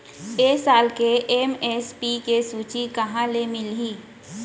ए साल के एम.एस.पी के सूची कहाँ ले मिलही?